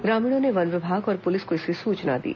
ग्रामीणों ने वन विभाग और पुलिस को इसकी सूचना दी